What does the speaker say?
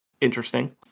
Interesting